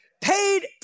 paid